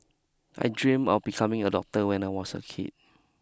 I dream of becoming a doctor when I was a kid